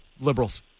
Liberals